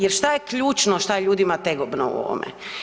Jer šta je ključno šta je ljudima tegobno u ovome?